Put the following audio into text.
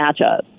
matchup